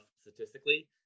statistically